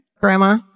Grandma